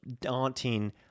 daunting